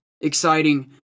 exciting